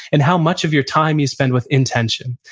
and how much of your time you spend with intention.